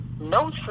no